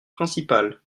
principales